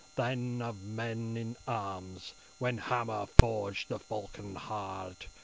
than of men in arms when, hammer-forged, the falchion hard,